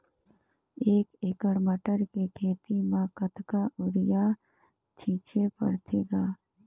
एक एकड़ मटर के खेती म कतका युरिया छीचे पढ़थे ग?